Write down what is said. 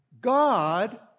God